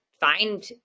find